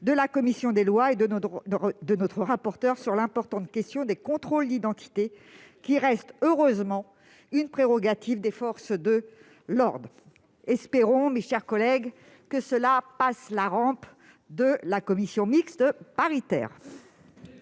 de la commission des lois et de son rapporteur sur l'importante question des contrôles d'identité, lesquels restent, heureusement, une prérogative des forces de l'ordre. Espérons, mes chers collègues, que cela passe la rampe de la commission mixte paritaire.